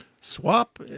Swap